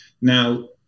Now